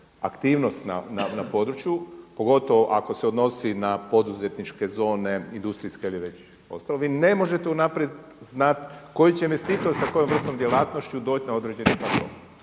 aktivnost na području, pogotovo ako se odnosi na poduzetničke zone, industrijske ili već ostalo vi ne možete unaprijed znati koji će investitor sa kojom vrstom djelatnošću doći na određeni …